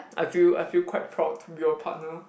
I feel I feel quite proud to be your partner